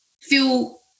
feel